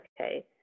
okay